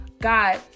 god